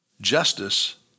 Justice